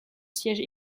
siège